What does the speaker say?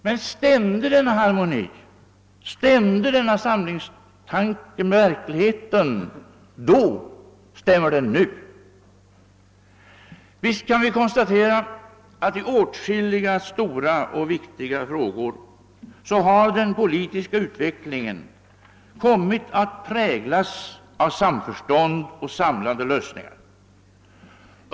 Men stämde denna harmoni, stämde denna samlingstanke med verkligheten då — och stämmer den nu? Visst kan vi konstatera att den politiska utvecklingen i åtskilliga stora och viktiga frågor kommit att präglas av samförstånd och samlande lösningar.